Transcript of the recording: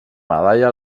medalla